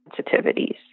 sensitivities